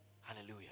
Hallelujah